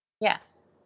yes